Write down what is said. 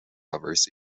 covers